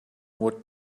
would